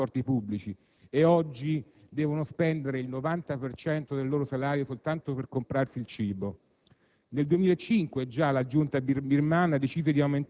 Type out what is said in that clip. Oltre 2,5 milioni di birmani ogni giorno si muovono con i trasporti pubblici e oggi devono spendere il 90 per cento del loro salario soltanto per comprarsi il cibo.